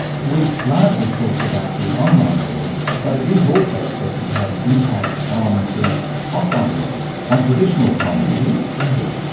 we've largely talked about the online world but it is also expected to have an impact on the off-line world, on traditional commerce isn't it.